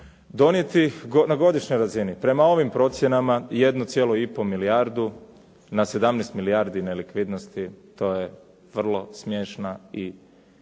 donijeti na godišnjoj razini prema ovim procjenama 1,5 milijardu na 17 milijardi nelikvidnosti. To je vrlo smiješna, a ja bih